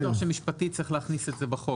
אני לא בטוח שמשפטית צריך להכניס את זה בחוק.